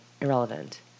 Irrelevant